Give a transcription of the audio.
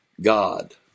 God